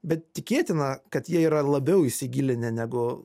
bet tikėtina kad jie yra labiau įsigilinę negu